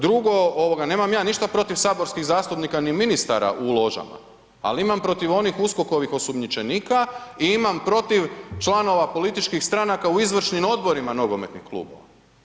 Drugo, ovoga nemam ja ništa protiv saborskih zastupnika, ni ministara u ložama, ali imam protiv onih USKOK-ovih osumnjičenika i imam protiv članova političkih stranaka u izvršnim odborima nogometnih klubova.